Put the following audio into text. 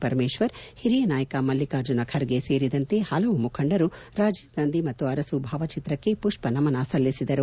ಪರಮೇಶ್ವರ್ ಓರಿಯ ನಾಯಕ ಮಲ್ಲಿಕಾರ್ಜುನ ಖರ್ಗೆ ಸೇರಿ ಹಲವು ಮುಖಂಡರು ರಾಜೀವ್ ಗಾಂಧಿ ಮತ್ತು ಅರಸು ಭಾವಚಿತ್ರಕ್ಕೆ ಪುಷ್ಪ ನಮನ ಸಲ್ಲಿಸಿದರು